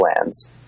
lands